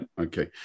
okay